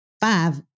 Five